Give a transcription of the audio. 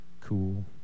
Cool